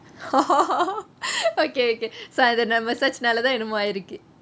oh okay okay so அந்த:antha massage நாளேதான் என்னமோ ஆயிருக்கு:naalethaan ennamo aayirukku